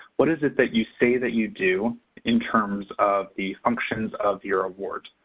what is it that you say that you do in terms of the functions of your award?